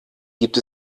gibt